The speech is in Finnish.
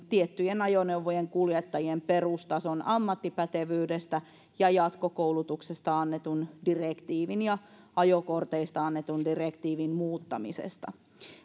tiettyjen ajoneuvojen kuljettajien perustason ammattipätevyydestä ja jatkokoulutuksesta annetun direktiivin ja ajokorteista annetun direktiivin muuttamisesta